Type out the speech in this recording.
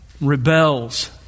rebels